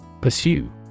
Pursue